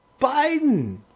Biden